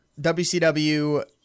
WCW